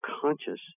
conscious